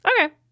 okay